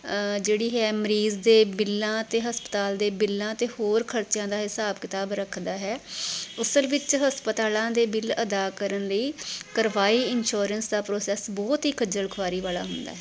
ਜਿਹੜੀ ਹੈ ਮਰੀਜ਼ ਦੇ ਬਿੱਲਾਂ ਅਤੇ ਹਸਪਤਾਲ ਦੇ ਬਿੱਲਾਂ ਅਤੇ ਹੋਰ ਖਰਚਿਆਂ ਦਾ ਹਿਸਾਬ ਕਿਤਾਬ ਰੱਖਦਾ ਹੈ ਅਸਲ ਵਿੱਚ ਹਸਪਤਾਲਾਂ ਦੇ ਬਿੱਲ ਅਦਾ ਕਰਨ ਲਈ ਕਰਵਾਈ ਇੰਸ਼ੋਰੈਂਸ ਦਾ ਪ੍ਰੋਸੈਸ ਬਹੁਤ ਹੀ ਖੱਜਲ ਖੁਆਰੀ ਵਾਲਾ ਹੁੰਦਾ ਹੈ